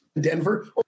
Denver